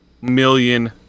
million